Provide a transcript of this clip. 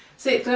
say it